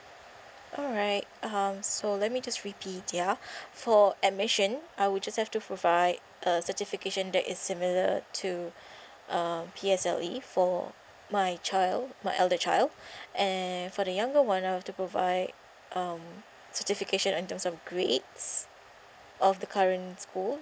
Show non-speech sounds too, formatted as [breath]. alright um so let me just repeat ya [breath] for admission I will just have to provide a certification that is similar to uh P_S_L_E for my child my elder child [breath] and for the younger [one] I will have to provide um certification in terms of grades of the current school